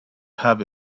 have